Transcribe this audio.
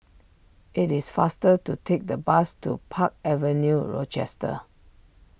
it is faster to take the bus to Park Avenue Rochester